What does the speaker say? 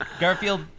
Garfield